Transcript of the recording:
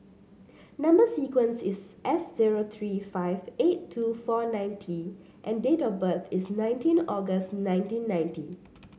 number sequence is S zero three five eight two four nine T and date of birth is nineteen August nineteen ninety